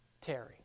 Terry